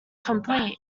complete